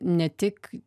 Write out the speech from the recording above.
ne tik